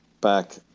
back